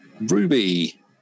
Ruby